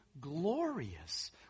glorious